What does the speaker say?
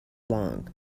long